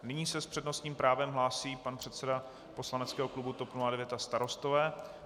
Nyní se s přednostním právem hlásí pan předseda poslaneckého klubu TOP 09 a Starostové.